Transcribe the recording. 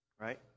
right